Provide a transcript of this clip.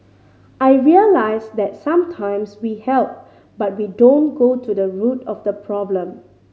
I realised that sometimes we help but we don't go to the root of the problem